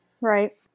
Right